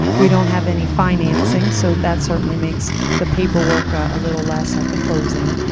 we don't have any financing, so that certainly makes the paperwork a little less at the closing.